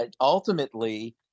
ultimately